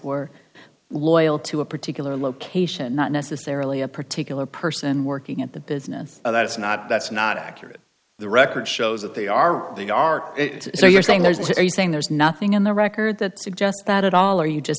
were loyal to a particular location not necessarily a particular person working at the business that's not that's not accurate the record shows that they are they are it so you're saying there's a saying there's nothing in the record that suggests that at all are you just